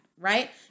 Right